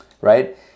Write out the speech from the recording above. right